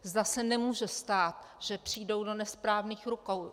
Zda se nemůže stát, že přijdou do nesprávných rukou.